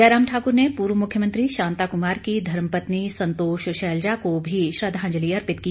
जयराम ठाकुर ने पूर्व मुख्यमंत्री शांता कुमार की धर्म पत्नी संतोष शैलजा को भी श्रद्वांजलि अर्पित की